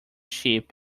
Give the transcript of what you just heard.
ship